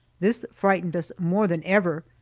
this frightened us more than ever,